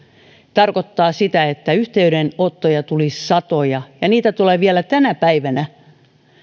tarkoittaa sitä että yhteydenottoja tuli satoja ja niitä tulee vielä tänä päivänä